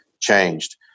changed